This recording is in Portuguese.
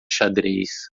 xadrez